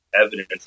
evidence